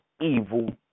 evil